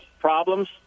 problems